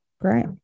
Great